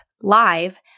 live